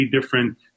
different